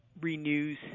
renews